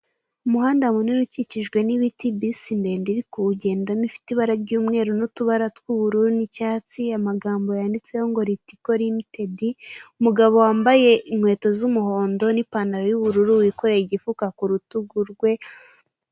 Umuhanda munini ukikijwe n'ibiti, bisi ndende iri kuwugendamo ifite ibara ry'umweru n'utubara twubururu n'icyatsi amagambo yanditseho Ritico Limitedi. Umugabo wambaye inkweto z'umuhondo n'ipanatalo y'ubururu wikoreye igifuka kurutugu rwe.